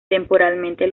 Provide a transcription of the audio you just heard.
temporalmente